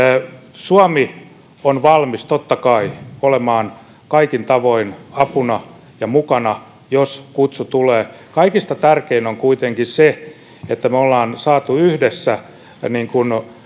suomi on valmis totta kai olemaan kaikin tavoin apuna ja mukana jos kutsu tulee kaikista tärkeintä on kuitenkin se että me olemme saaneet yhdessä